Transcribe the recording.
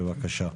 בבקשה.